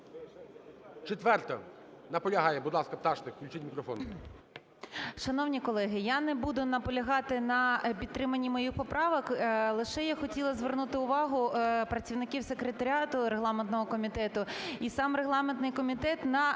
4-а. Наполягає. Будь ласка, Пташник, включіть мікрофон. 11:05:15 ПТАШНИК В.Ю. Шановні колеги, я не буду наполягати на підтриманні моїх поправок. Лише я хотіла звернути увагу працівників секретаріату регламентного комітету і сам регламентний комітет на